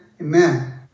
amen